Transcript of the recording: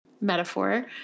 metaphor